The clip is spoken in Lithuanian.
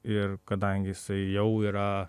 ir kadangi jisai jau yra